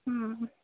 ହୁଁ ହୁଁ